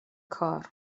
کار